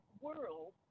world